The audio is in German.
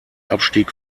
abstieg